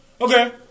Okay